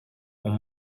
ont